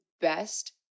best